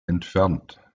entfernt